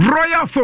Royal